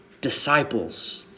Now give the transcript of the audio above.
disciples